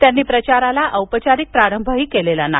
त्यांनी प्रचाराला औपचारिक प्रारंभही केलेला नाही